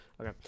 Okay